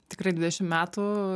tikrai dvidešim metų